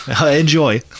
enjoy